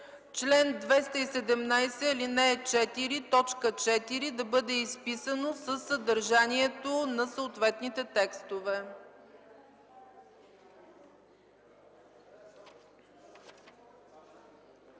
„чл. 217, ал. 4, т. 4” да бъде изписано със съдържанието на съответните текстове.